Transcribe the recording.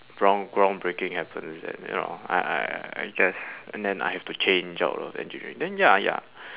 ground ground breaking happens then you know I I I guess and then I have to change out of engineering then ya ya